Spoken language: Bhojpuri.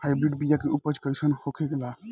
हाइब्रिड बीया के उपज कैसन होखे ला?